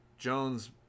Jones